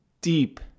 deep